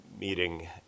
meeting